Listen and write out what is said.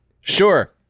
Sure